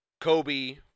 Kobe